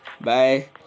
bye